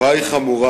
התופעה חמורה.